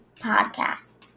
podcast